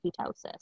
ketosis